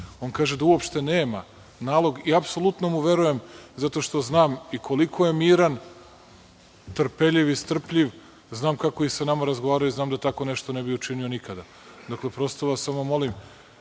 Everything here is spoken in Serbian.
On kaže da uopšte nema nalog i apsolutno mu verujem zato što znam i koliko je miran, trpeljiv i strpljiv. Znam kako je i sa nama razgovarao i znam da tako nešto ne bi učinio nikada. Znate, kada bismo mi